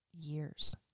years